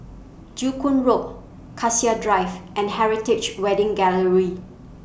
Joo Koon Road Cassia Drive and Heritage Wedding Gallery